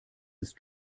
ist